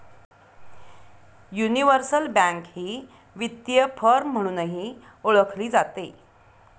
universal bank ही वित्तीय firm म्हणूनही ओळखली जाते